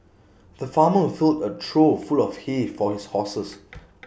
the farmer filled A trough full of hay for his horses